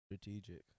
strategic